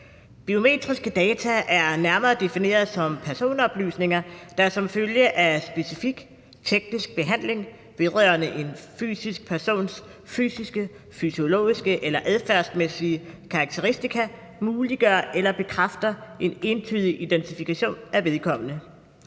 Biometriske data er nærmere defineret som personoplysninger, der som følge af specifik teknisk behandling vedrørende en fysisk persons fysiske, fysiologiske eller adfærdsmæssige karakteristika muliggør eller bekræfter en entydig identifikation af vedkommende.